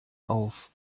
auf